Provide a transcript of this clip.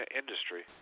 industry